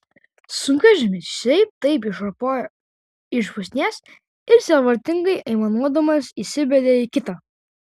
sunkvežimis šiaip taip išropojo iš pusnies ir sielvartingai aimanuodamas įsibedė į kitą